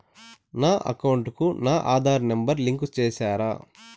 నా అకౌంట్ కు నా ఆధార్ నెంబర్ లింకు చేసారా